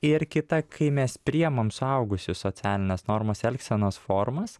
ir kita kai mes priimam suaugusių socialines normas elgsenos formas